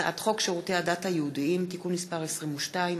הצעת חוק שירותי הדת היהודיים (תיקון מס' 22),